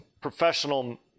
professional